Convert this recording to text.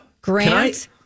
Grant